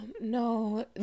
No